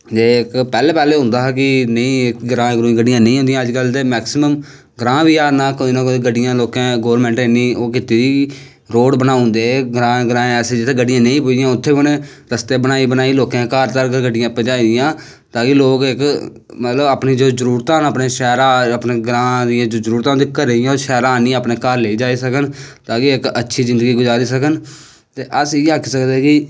पैह्लैं पैह्लैं होंदा हा कि ग्राएं गड्डियां नेईं होंदियां हां अज्ज कल ते मैकसिमम ग्रां बी कोई ना कोई गड्डियां गौरमैंट नै इन्नी ओह् कीती दी रोड़ बनाई ओड़े दे जित्थें गड्डियां नेईं पुज्जदियां उत्थें उनैं रस्ते बनाई बनाई गड्ेडियां पजाई दियां तैा कि लोग इक मतलव अपनी जो जरूरतां न शैह्रा दा जो ग्रां दियां जो जरूरतां होंदियां ओह् शैह्रा आई घर लेई जाई सकन ताकि इक अच्छी जिंदगी गुजारी सकन ते अस इयै आक्खी सकदे कि